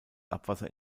abwasser